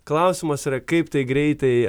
klausimas yra kaip tai greitai